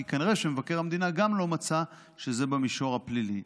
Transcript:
כי כנראה גם מבקר המדינה לא מצא שזה במישור הפלילי.